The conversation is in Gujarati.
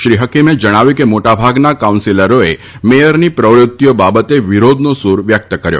શ્રી હકીમે જણાવ્યું હતું કે મોટાભાગના કાઉન્સિલરોએ મેયરની પ્રવૃત્તિઓ બાબતે વિરોધનો સૂર વ્યક્ત કર્યો